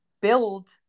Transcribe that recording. build